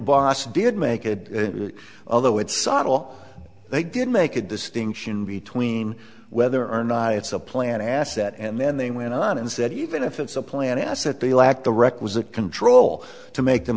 boss did make it although it's subtle they did make a distinction between whether or not it's a plant asset and then they went on and said even if it's a plant asset they lack the requisite control to make them